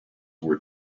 were